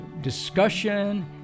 discussion